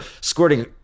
squirting